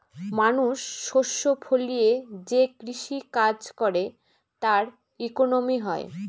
মানুষ শস্য ফলিয়ে যে কৃষি কাজ করে তার ইকোনমি হয়